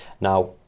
now